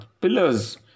pillars